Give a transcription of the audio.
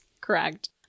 Correct